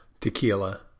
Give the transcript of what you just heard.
tequila